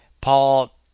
Paul